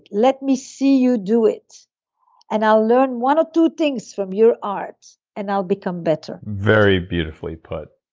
let me see you do it and i'll learn one or two things from your art and i'll become better very beautifully put.